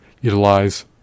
utilize